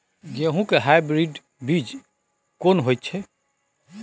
गेहूं के हाइब्रिड बीज कोन होय है?